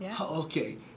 okay